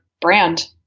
brand